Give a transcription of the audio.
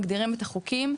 מגדירים את החוקים,